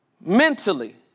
mentally